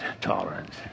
tolerance